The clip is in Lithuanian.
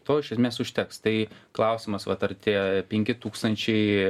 to iš esmės užteks tai klausimas vat ar tie penki tūkstančiai